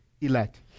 elect